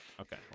okay